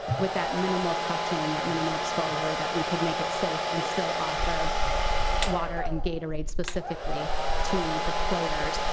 with that minimal touching, that minimal exposure that we could make it safe and still offer water and gatorade specifically to the players,